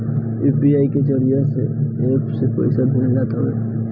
UPI के जरिया से एप्प से पईसा भेजल जात हवे